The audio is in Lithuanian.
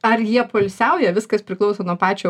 argi jie poilsiauja viskas priklauso nuo pačio